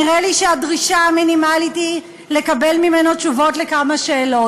נראה לי שהדרישה המינימלית היא לקבל ממנו תשובות על כמה שאלות.